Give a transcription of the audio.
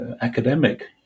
academic